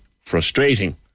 frustrating